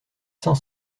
cent